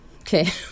Okay